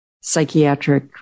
psychiatric